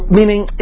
meaning